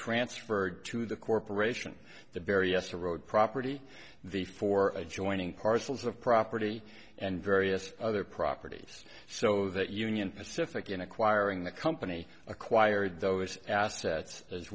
transferred to the corporation the various road property the four adjoining parcels of property and various other properties so that union pacific in acquiring the company acquired those assets as